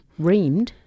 Reamed